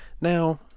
Now